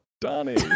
Donnie